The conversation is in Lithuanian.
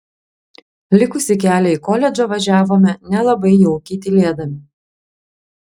likusį kelią į koledžą važiavome nelabai jaukiai tylėdami